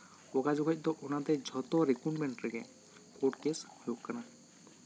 ᱚᱠᱟ ᱡᱚᱠᱷᱚᱡ ᱫᱚ ᱚᱱᱟᱛᱮ ᱡᱷᱚᱛᱚ ᱨᱤᱠᱨᱩᱴᱢᱮᱱᱴ ᱨᱮᱜᱮ ᱠᱳᱨᱴ ᱠᱮᱥ ᱦᱩᱭᱩᱜ ᱠᱟᱱᱟ